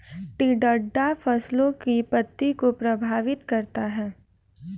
टिड्डा फसलों की पत्ती को प्रभावित करता है